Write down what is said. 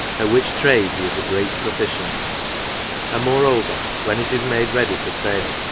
at which trade he is a great proficient and moreover, when it is made ready for sale,